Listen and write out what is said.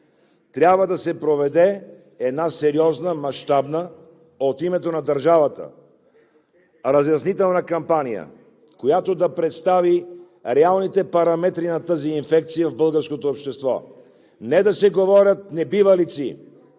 трябва да се проведе една сериозна, мащабна, от името на държавата, разяснителна кампания, която да представи реалните параметри на тази инфекция в българското общество, а не да се говорят небивалици,